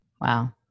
Wow